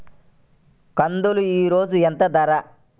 కందులు ఈరోజు ఎంత ధర?